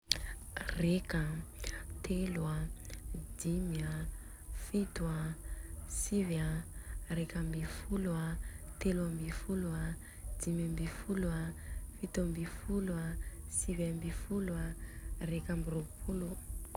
Reka an, telo an, dimy an, fitonan, sivy an, reka ambiny folo an, telo ambiny folo an, dimy ambiny folo an, fito ambiny folo an, sivy ambiny folo an, reka ambiny rôpolo.